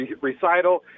recital